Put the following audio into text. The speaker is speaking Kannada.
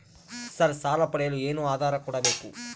ಸರ್ ಸಾಲ ಪಡೆಯಲು ಏನು ಆಧಾರ ಕೋಡಬೇಕು?